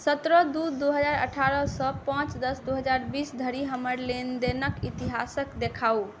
सतरह दू दू हजार अठारह सँ पांच दस दू हजार बीस धरि हमर लेनदेनक इतिहासके देखाउ